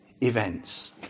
events